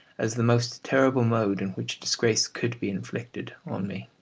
as the most terrible mode in which disgrace could be inflicted on me.